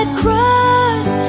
cross